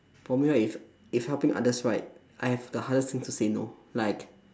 for me right if if helping others right I have the hardest thing to say no like